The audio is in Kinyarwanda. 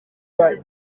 amaze